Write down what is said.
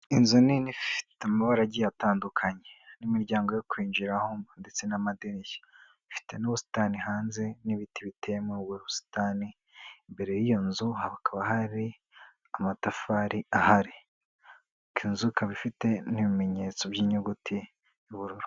Inzu nini ifite amabara agiye atandukanye n'imiryango yo kwinjiraraho ndetse n'amadirishya, ifite n'ubusitani hanze n'ibiti biteyerimo ubusitani imbere y'iyo nzu hakaba hari amatafari ahari, inzuka ifite n'ibimenyetso by'inyuguti y'ubururu.